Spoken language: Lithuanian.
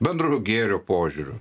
bendro gėrio požiūriu